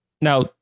Now